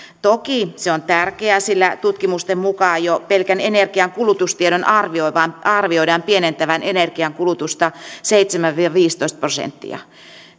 toki se on tärkeää sillä tutkimusten mukaan jo pelkän energiankulutustiedon arvioidaan arvioidaan pienentävän energiankulutusta seitsemän viiva viisitoista prosenttia